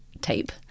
tape